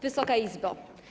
Wysoka Izbo!